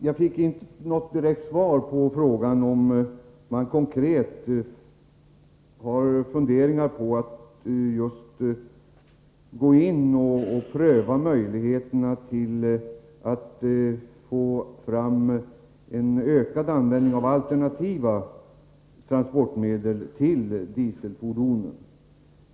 Jag fick emellertid inte något direkt svar på frågan om huruvida det finns några konkreta planer på att gå in och pröva möjligheterna att få fram en ökad användning av alternativ till dieselfordonen.